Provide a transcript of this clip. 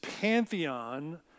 pantheon